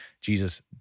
Jesus